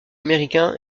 américain